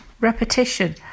repetition